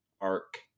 arc